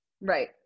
right